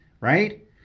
right